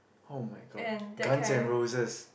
[oh]-my-god guns and roses